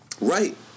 Right